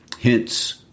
Hence